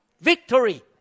Victory